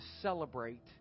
celebrate